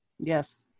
Yes